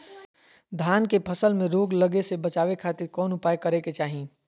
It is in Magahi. धान के फसल में रोग लगे से बचावे खातिर कौन उपाय करे के चाही?